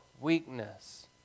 weakness